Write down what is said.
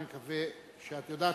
אני מקווה שאת יודעת